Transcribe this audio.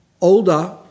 older